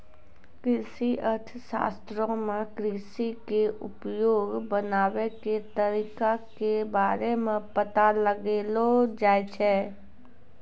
कृषि अर्थशास्त्रो मे कृषि के उपयोगी बनाबै के तरिका के बारे मे पता लगैलो जाय छै